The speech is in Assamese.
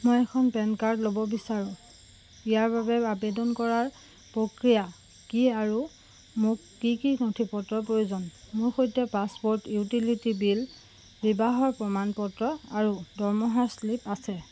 মই এখন পেন কাৰ্ড ল'ব বিচাৰোঁ ইয়াৰ বাবে আবেদন কৰাৰ প্ৰক্ৰিয়া কি আৰু মোক কি কি নথিপত্ৰৰ প্ৰয়োজন মোৰ সৈতে পাছপোৰ্ট ইউটিলিটি বিল বিবাহৰ প্ৰমাণপত্ৰ আৰু দৰমহাৰ স্লিপ আছে